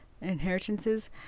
inheritances